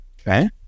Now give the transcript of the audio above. okay